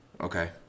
Okay